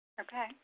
Okay